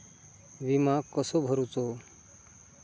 विमा कसो भरूचो?